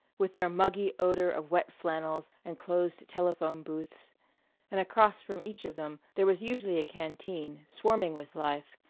with their muggy odor of wet flannels and closed telephone-booths and across from each of them there was usually canteen, swarming with life,